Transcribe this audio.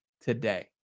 today